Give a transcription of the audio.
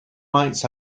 mites